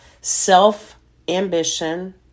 self-ambition